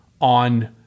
on